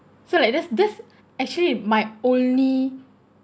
so like that's that's actually might only